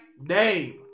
name